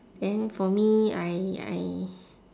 then for me I I